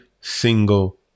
single